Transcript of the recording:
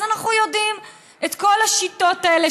אז אנחנו יודעים את כל השיטות האלה,